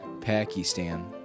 Pakistan